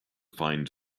find